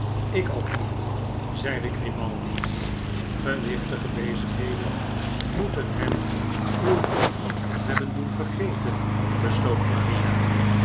ik ook niet zeide grimaldi gewichtige bezigheden moeten hem uw brief hebben doen vergeten besloot maria